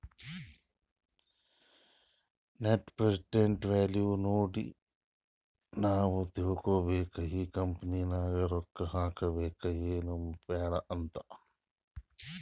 net present value ನೋಡಿನೆ ನಾವ್ ತಿಳ್ಕೋಬೇಕು ಈ ಕಂಪನಿ ನಾಗ್ ರೊಕ್ಕಾ ಹಾಕಬೇಕ ಎನ್ ಬ್ಯಾಡ್ ಅಂತ್